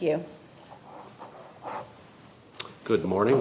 you good morning